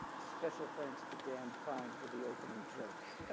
special thanks to dan fine for the opening joke.